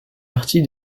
partie